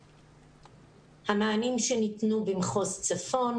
המענים שניתנו במחוז צפון.